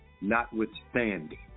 Notwithstanding